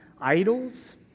idols